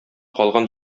калган